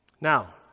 Now